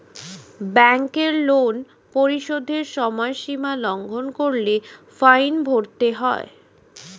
ব্যাংকের লোন পরিশোধের সময়সীমা লঙ্ঘন করলে ফাইন ভরতে হয়